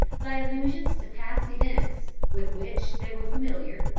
by allusions to past events with which they were familiar,